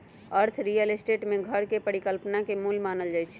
अर्थ real estate में घर के परिकल्पना के मूल मानल जाई छई